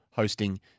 Hosting